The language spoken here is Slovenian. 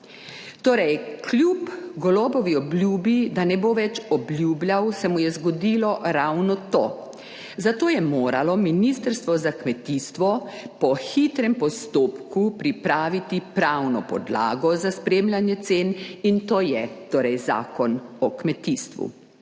Torej, kljub Golobovi obljubi, da ne bo več obljubljal, se mu je zgodilo ravno to. Zato je moralo ministrstvo za kmetijstvo po hitrem postopku pripraviti pravno podlago za spremljanje cen in to je torej Zakon o kmetijstvu.